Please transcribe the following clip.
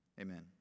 Amen